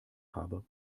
habe